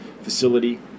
facility